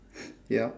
ya